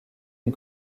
une